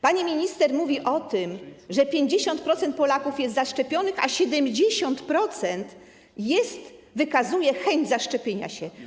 Pani minister mówi o tym, że 50% Polaków jest zaszczepionych, a 70% wykazuje chęć zaszczepienia się.